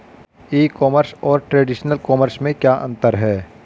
ई commerce और traditional commerce में क्या अंतर है?